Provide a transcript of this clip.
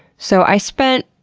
so i spent